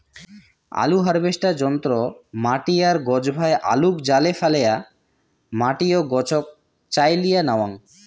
আলু হারভেস্টার যন্ত্র মাটি আর গছভায় আলুক জালে ফ্যালেয়া মাটি ও গছক চাইলিয়া ন্যাওয়াং